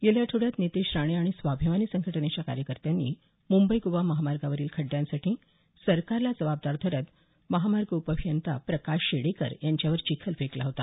गेल्या आठवड्यात नितेश राणे आणि स्वाभिमानी संघटनेच्या कार्यकर्त्यांनी मुंबई गोवा महामार्गावरील खड्ड्यांसाठी सरकारला जबाबदार धरत महामार्ग उपअभियंता प्रकाश शेडेकर यांच्यावर चिखल फेकला होता